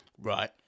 Right